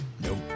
Nope